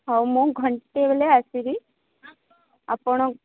ହଉ ମୁଁ ଘଣ୍ଟେ ହେଲେ ଆସିବି ଆପଣ